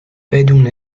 بدون